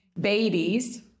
babies